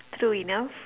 true enough